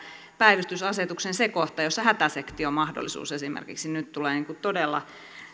päivystysasetuksen se kohta jossa hätäsektiomahdollisuus esimerkiksi on nyt todella